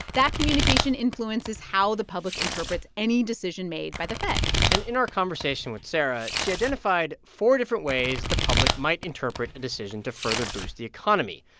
that communication influences how the public interprets any decision made by the fed and in our conversation with sarah, she identified four different ways the public might interpret a decision to further boost the economy.